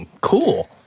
Cool